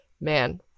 man